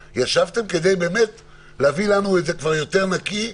כדי באמת להביא לנו את זה כבר יותר נקי.